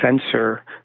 sensor